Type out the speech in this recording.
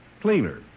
cleaner